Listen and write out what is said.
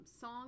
Song